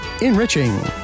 Enriching